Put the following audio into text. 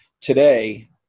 today